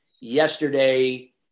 yesterday